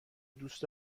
دوست